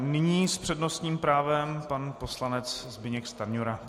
Nyní s přednostním právem pan poslanec Zbyněk Stanjura.